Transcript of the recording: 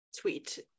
tweet